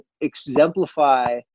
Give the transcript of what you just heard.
exemplify